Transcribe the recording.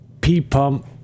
P-Pump